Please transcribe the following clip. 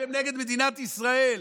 שהם נגד מדינת ישראל.